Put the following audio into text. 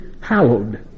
hallowed